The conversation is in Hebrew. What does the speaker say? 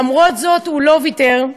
למרות זאת, הוא לא ויתר,